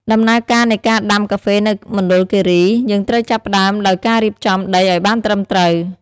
ដំណើរការនៃការដាំកាហ្វេនៅមណ្ឌលគិរី យើងត្រូវចាប់ផ្ដើមដោយការរៀបចំដីឱ្យបានត្រឹមត្រូវ។